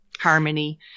harmony